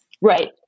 Right